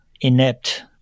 inept